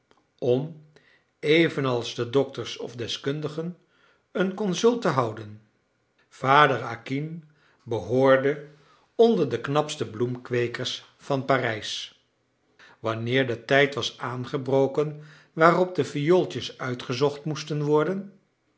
om evenals de dokters of deskundigen een consult te houden vader acquin behoorde onder de knapste bloemkweekers van parijs wanneer de tijd was aangebroken waarop de viooltjes uitgezocht moesten worden